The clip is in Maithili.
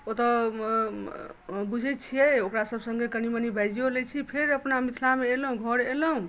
ओतय बुझै छियै ओकरा सभ सङ्गे कनि मनि बाजियो लै छी फेर अपना मिथिलामे एलहुँ घर एलहुँ